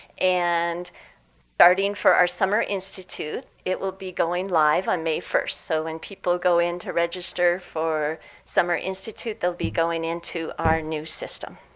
and starting for our summer institute, it will be going live on may one. so when people go in to register for summer institute, they'll be going into our new system.